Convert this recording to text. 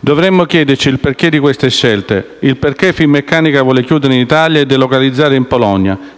Dovremo chiederci il perché di queste scelte, perché Finmeccanica vuole chiudere in Italia e delocalizzare in Polonia.